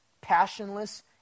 passionless